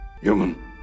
human